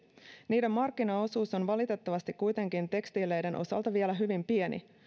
niiden markkinaosuus on valitettavasti kuitenkin tekstiileiden osalta vielä hyvin pieni